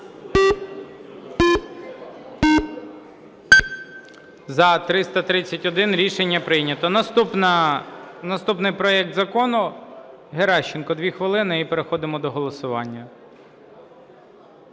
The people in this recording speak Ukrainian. За-331 Рішення прийнято. Наступний проект закону… Геращенко, 2 хвилини, і переходимо до голосування.